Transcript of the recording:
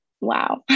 wow